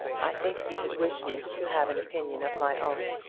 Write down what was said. i think you would wish me to have an opinion of my own.